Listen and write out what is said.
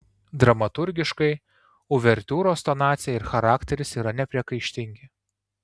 dramaturgiškai uvertiūros tonacija ir charakteris yra nepriekaištingi